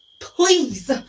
please